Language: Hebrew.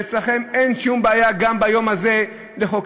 ואצלכם אין שום בעיה גם ביום הזה לחוקק.